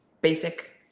basic